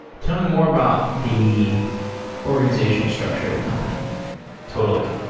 tell me more about the organizational structure of the company totally.